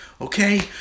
okay